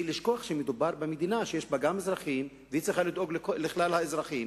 ולשכוח שמדובר במדינה שיש בה גם אזרחים והיא צריכה לדאוג לכלל האזרחים.